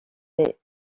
des